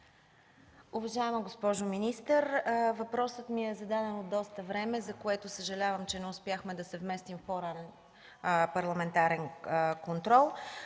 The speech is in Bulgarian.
Уважаема госпожо министър, въпросът ми е зададен от доста време, за което съжалявам, че не успяхме да се вместим в по-ранен парламентарен контрол.